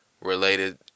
related